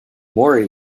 mori